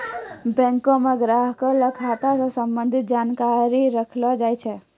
बैंको म ग्राहक ल खाता स संबंधित जानकारी रखलो जाय छै